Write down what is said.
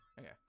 Okay